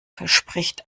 verspricht